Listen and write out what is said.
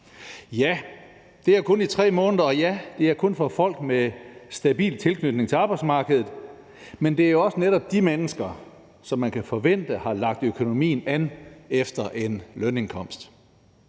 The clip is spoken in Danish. Ja, det er kun i 3 måneder, og ja, det er kun for folk med stabil tilknytning til arbejdsmarkedet. Men det er også netop de mennesker, som man kan forvente har lagt økonomien an efter en lønindkomst.